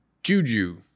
Juju